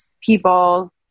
people